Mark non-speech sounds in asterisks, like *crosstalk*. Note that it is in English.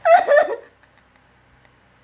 *laughs*